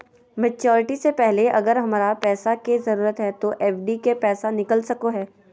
Maturity से पहले अगर हमरा पैसा के जरूरत है तो एफडी के पैसा निकल सको है?